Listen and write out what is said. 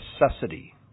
necessity